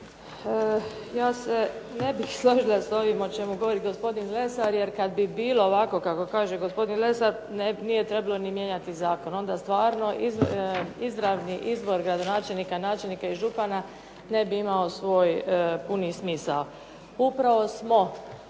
Ja se ne bih složila sa ovim o čemu govori gospodin Lesar jer kad bi bilo ovako kako kaže gospodin Lesar, nije trebalo ni mijenjati zakon, onda stvarno izravni izbor gradonačelnika, načelnika i župana ne bi imao svoj puni smisao.